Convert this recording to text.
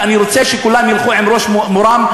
ואני רוצה שכולם ילכו בראש מורם,